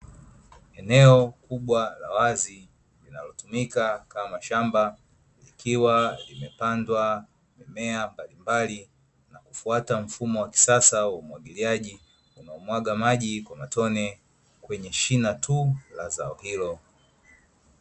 Eneo kubwa la wazi linalotumika kama shamba, likiwa limepandwa mimea mbalimbali kwa kufuata mfumo wa kisasa wa umwagiliaji wa kumwaga maji kwa matone kwenye shina la zao hilo tu.